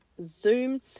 Zoom